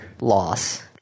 loss